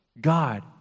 God